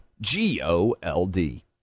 g-o-l-d